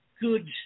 good